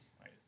right